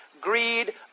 greed